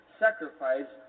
sacrifice